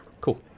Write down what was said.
Cool